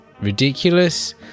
ridiculous